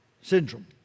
syndrome